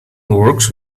works